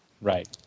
Right